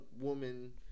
woman